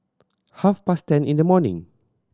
half past ten in the morning